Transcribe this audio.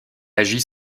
agit